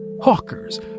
hawkers